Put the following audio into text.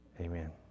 Amen